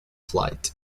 flight